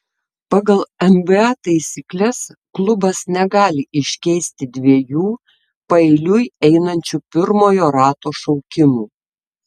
pagal nba taisykles klubas negali iškeisti dviejų paeiliui einančių pirmojo rato šaukimų